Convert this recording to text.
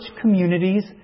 communities